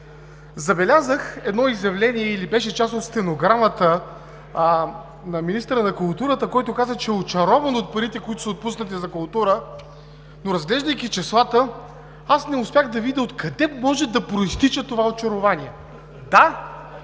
Забелязах едно изявление или беше част от стенограмата на министъра на културата, който каза, че е очарован от парите, които са отпуснати за култура, но разглеждайки числата, аз не успях да видя откъде може да произтича това очарование? Да,